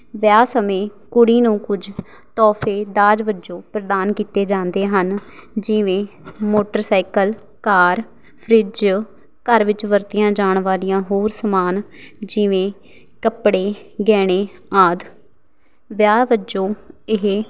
ਵਿਆਹ ਸਮੇਂ ਕੁੜੀ ਨੂੰ ਕੁਝ ਤੋਹਫ਼ੇ ਦਾਜ ਵਜੋਂ ਪ੍ਰਦਾਨ ਕੀਤੇ ਜਾਂਦੇ ਹਨ ਜਿਵੇਂ ਮੋਟਰਸਾਈਕਲ ਕਾਰ ਫਰਿੱਜ ਘਰ ਵਿੱਚ ਵਰਤੀਆਂ ਜਾਣ ਵਾਲੀਆਂ ਹੋਰ ਸਮਾਨ ਜਿਵੇਂ ਕੱਪੜੇ ਗਹਿਣੇ ਆਦਿ ਵਿਆਹ ਵਜੋਂ ਇਹ